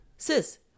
Sis